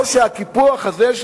או שהקיפוח הזה, של